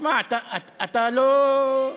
שמע, אתה לא,